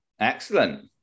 Excellent